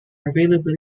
available